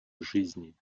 жизней